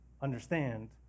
understand